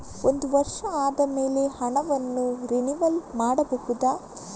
ಒಂದು ವರ್ಷ ಆದಮೇಲೆ ಹಣವನ್ನು ರಿನಿವಲ್ ಮಾಡಬಹುದ?